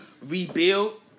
rebuild